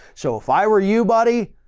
so if i were you, buddy,